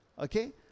Okay